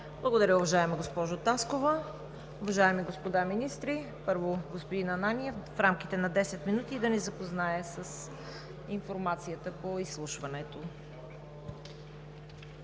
Благодаря Ви, уважаема госпожо Таскова. Уважаеми господа министри, първо господин Ананиев в рамките на десет минути да ни запознае с информацията по изслушване.